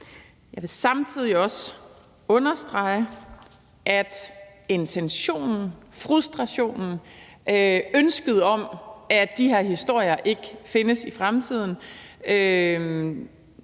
Jeg vil samtidig også understrege, at intentionen, frustrationen og ønsket om, at de her historier ikke findes i fremtiden,